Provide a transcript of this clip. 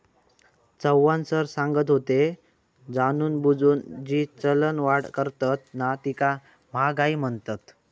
Chavan sir सांगत होते, जाणूनबुजून जी चलनवाढ करतत ना तीका महागाई म्हणतत